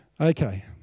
Okay